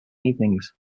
evenings